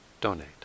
donate